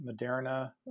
Moderna